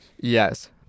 Yes